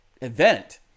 event